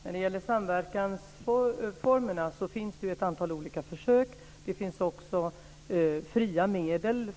Fru talman! När det gäller samverkansformerna finns det ett antal olika försök. Det finns också fria medel,